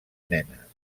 nenes